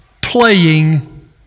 playing